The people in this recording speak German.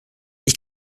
ich